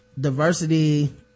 diversity